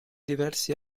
diversi